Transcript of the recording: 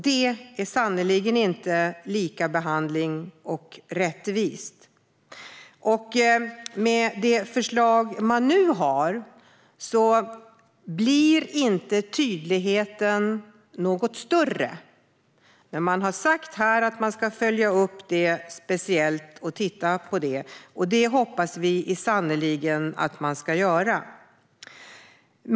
Detta är sannerligen inte likabehandling och rättvist. Med det förslag man nu har blir inte tydligheten större, men man har sagt att det ska följas upp och ses över speciellt. Det hoppas vi verkligen att man ska göra.